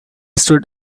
stood